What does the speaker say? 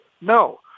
No